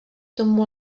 tomu